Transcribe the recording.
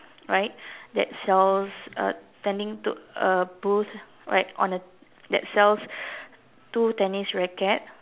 right that sells uh tending to a booth like on a that sells two tennis racket